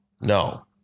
No